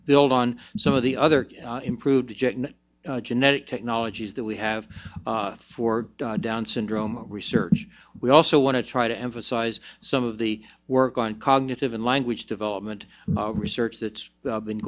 build on some of the other improved jetton genetic technologies that we have for down syndrome research we also want to try to emphasize some of the work on cognitive and language development research that's been